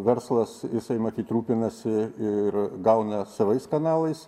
verslas jisai matyt rūpinasi ir gauna savais kanalais